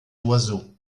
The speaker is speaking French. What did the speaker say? oiseaux